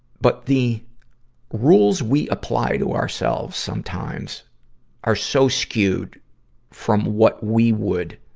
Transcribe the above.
but the rules we apply to ourselves sometimes are so skewed from what we would,